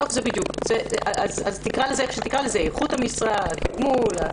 תקרא לזה איך שתקרא לזה: איכות המשרה, התגמול.